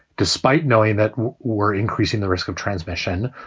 despite knowing that we're increasing the risk of transmission,